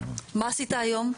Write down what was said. מה עשית היום?